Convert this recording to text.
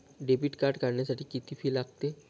Debit card काढण्यासाठी किती fee लागते?